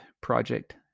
project